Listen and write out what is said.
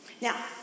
Now